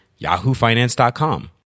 yahoofinance.com